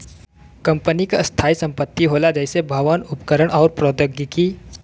company क स्थायी संपत्ति होला जइसे भवन, उपकरण आउर प्रौद्योगिकी